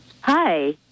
hi